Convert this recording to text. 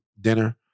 dinner